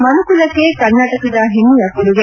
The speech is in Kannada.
ಮನುಕುಲಕ್ಕೆ ಕರ್ನಾಟಕದ ಹೆಮ್ಮೆಯ ಕೊಡುಗೆ